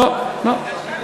לא לא.